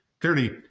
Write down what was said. Clearly